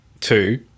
two